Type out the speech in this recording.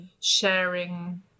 sharing